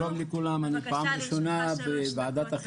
בבקשה, לרשותך שלוש דקות.